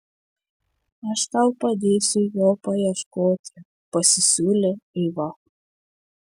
aš tau padėsiu jo paieškoti pasisiūlė eiva